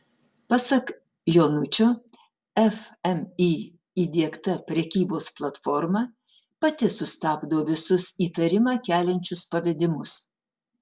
pasak jonučio fmį įdiegta prekybos platforma pati sustabdo visus įtarimą keliančius pavedimus